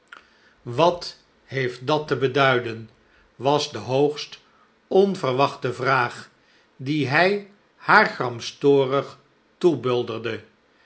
wat heeft dat t e beduiden was de hoogsfc onverwachte vraag die hij haar gramstorig toebulderde